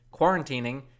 quarantining